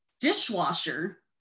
dishwasher